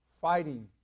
fighting